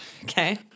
Okay